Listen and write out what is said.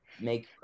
make